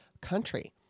country